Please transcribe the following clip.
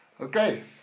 Okay